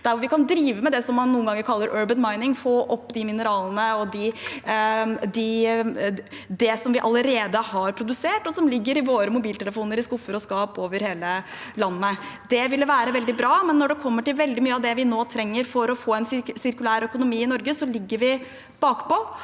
vi kan drive med det som man noen ganger kaller «urban mining» – få opp disse mineralene, og også det som vi allerede har produsert, og som ligger i våre mobiltelefoner i skuffer og skap over hele landet. Det ville vært veldig bra. Når det gjelder veldig mye av det vi nå trenger for å få en sirkulær økonomi i Norge, ligger vi bakpå.